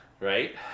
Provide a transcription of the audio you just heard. Right